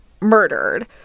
murdered